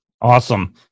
Awesome